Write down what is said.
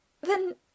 then